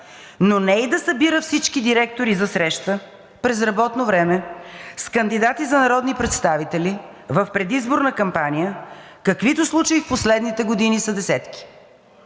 Но не и да събира всички директори за среща през работно време с кандидати за народни представители в предизборна кампания, каквито случаи в последните години са десетки.